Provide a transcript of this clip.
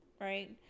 Right